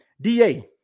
DA